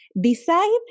decide